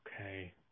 okay